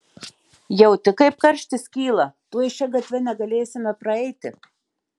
jauti kaip karštis kyla tuoj šia gatve negalėsime praeiti